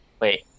Wait